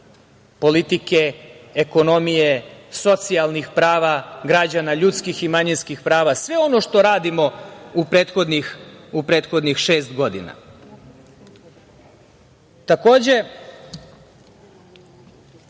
politike, ekonomije, socijalnih prava građana, ljudskih i manjinskih prava. Sve ono što radimo u prethodnih šest godina. Želim